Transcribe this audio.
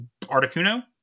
Articuno